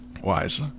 wise